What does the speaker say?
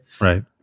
right